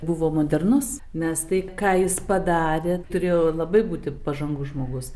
buvo modernus nes tai ką jis padarė turėjo labai būti pažangus žmogus